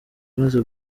maze